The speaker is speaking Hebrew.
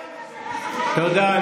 --- תודה.